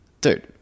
dude